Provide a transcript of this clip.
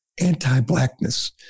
anti-blackness